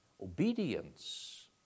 Obedience